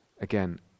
Again